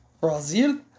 Brazil